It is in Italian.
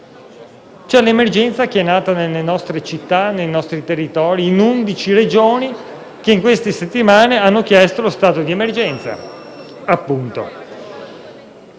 c’è un’emergenza che è nata nelle nostre città, nei nostri territori, in undici Regioni che nelle settimane trascorse hanno chiesto lo stato di emergenza.